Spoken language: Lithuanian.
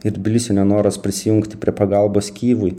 ir tbilisio nenoras prisijungti prie pagalbos kijevui